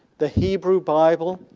the hebrew bible,